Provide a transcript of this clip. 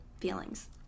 feelings